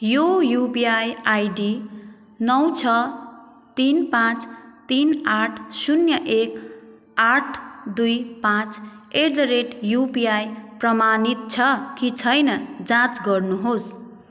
यो UPI ID नौ छ तिन पाँच तिन आठ शून्य एक आठ दुई पाँच एट द रेट युपिआई प्रमाणित छ कि छैन जाँच गर्नुहोस्